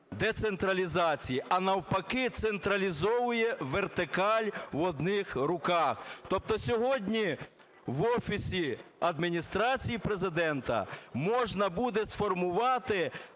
децентралізації, а навпаки, централізує вертикаль в одних руках. Тобто сьогодні в офісі адміністрації Президента можна буде сформувати